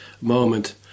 moment